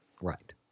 Right